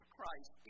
Christ